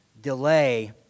delay